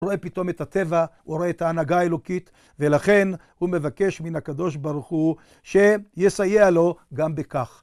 הוא רואה פתאום את הטבע, הוא רואה את ההנהגה האלוקית, ולכן הוא מבקש מן הקדוש ברוך הוא שיסייע לו גם בכך.